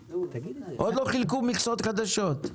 עוד לא חילקו מכסות חדשות.